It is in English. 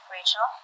Rachel